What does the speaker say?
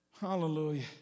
Hallelujah